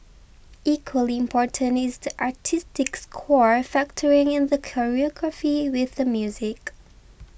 equally important is the artistic score factoring in the choreography with the music